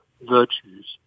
virtues